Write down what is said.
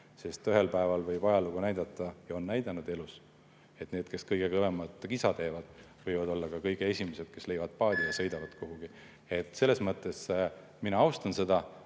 sest ühel päeval võib elu näidata – ja on juba ajaloos näidanud –, et need, kes kõige kõvemat kisa teevad, võivad olla kõige esimesed, kes leiavad paadi ja sõidavad kuhugi. Selles mõttes mina austan seda,